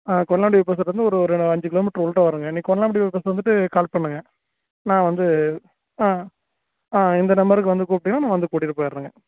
ஆ ஒரு அஞ்சு கிலோமீட்டரு உள்ளார வருங்க நீங்கள் வந்துட்டு கால் பண்ணுங்க நான் வந்து ஆ ஆ இந்த நம்பருக்கு வந்து கூப்பிட்டிங்கன்னா நான் வந்து கூட்டிகிட்டு போயிடுறேங்க